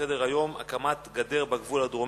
הקמת גדר בגבול הדרומי.